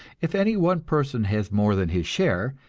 if any one person has more than his share,